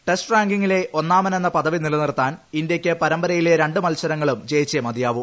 test റാംങ്കിംഗിലെ ഒന്നാമനെന്ന പദവി നിലനിർത്താൻ ഇന്ത്യയ്ക്ക് പരമ്പരയിലെ രണ്ടു മത്സരങ്ങളും ജയിച്ചേ മതിയാവൂ